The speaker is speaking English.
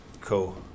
cool